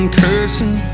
cursing